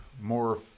more